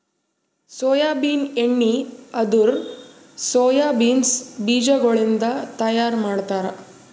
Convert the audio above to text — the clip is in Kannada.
ಸೋಯಾಬೀನ್ ಎಣ್ಣಿ ಅಂದುರ್ ಸೋಯಾ ಬೀನ್ಸ್ ಬೀಜಗೊಳಿಂದ್ ತೈಯಾರ್ ಮಾಡ್ತಾರ